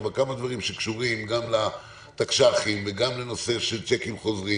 כמה דברים שקשורים גם לתקש"חים וגם לנושא של צ'קים חוזרים